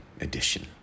edition